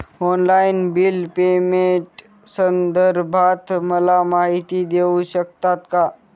Online bill पेमेंटसंदर्भात मला माहिती देऊ शकतात का?